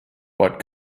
what